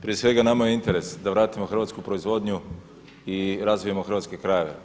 Prije svega nama je interes da vratimo hrvatsku proizvodnju i razvijemo hrvatske krajeve.